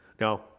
Now